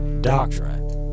doctrine